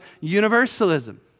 universalism